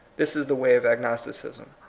this is the way of agnosticism.